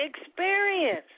experience